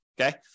okay